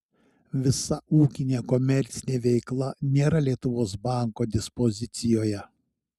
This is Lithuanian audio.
visa ūkinė komercinė veikla nėra lietuvos banko dispozicijoje